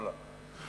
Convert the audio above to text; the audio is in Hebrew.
הלאה.